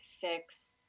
fix